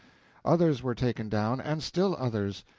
others were taken down, and still others.